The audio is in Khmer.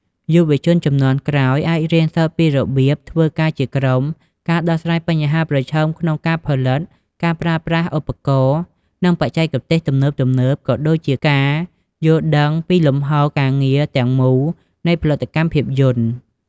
យុវជនជំនាន់ក្រោយអាចរៀនសូត្រពីរបៀបធ្វើការជាក្រុម ការដោះស្រាយបញ្ហាប្រឈមក្នុងការផលិត ការប្រើប្រាស់ឧបករណ៍ និងបច្ចេកទេសទំនើបៗ ក៏ដូចជាការយល់ដឹងពីលំហូរការងារទាំងមូលនៃផលិតកម្មភាពយន្ត។